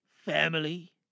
family